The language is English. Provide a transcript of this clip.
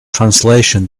translation